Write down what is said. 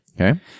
Okay